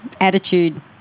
Attitude